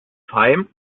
heim